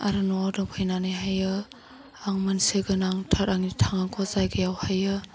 आरो न'आव दोनफैनानैहायो आं मोनसे गोनांथार आंनि थांनांगौ जायगायाव हायो